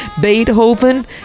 Beethoven